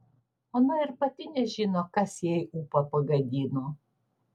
ona ir pati nežino kas jai ūpą pagadino